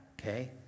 okay